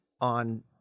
on